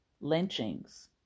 lynchings